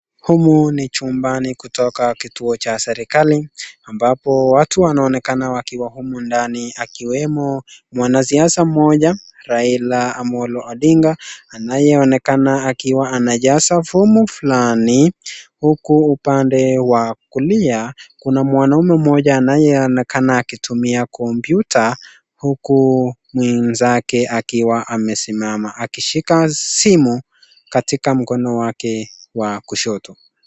Humu ni chumbani kutoka kituo cha serikali, ambapo watu wanaonekana wakiwa humu ndani akiwemo mwanasiasa mmoja, Raila Amolo Odinga, anayeonekana akiwa anajaza fomu fulani, huku upande wa kulia Kuna mwanaume mmoja anayeonekana akitumia kompyuta, huku mwenzake akiwa amesimama akishika simu katika mkono wake wa kushoto.